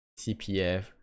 CPF